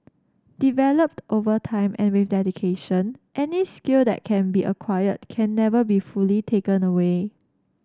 developed over time and with dedication any skill that can be acquired can never be fully taken away